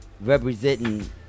representing